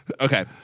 Okay